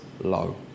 low